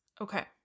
Okay